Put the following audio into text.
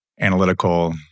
analytical